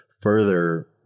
further